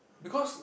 because